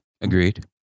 Agreed